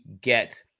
get